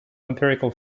empirical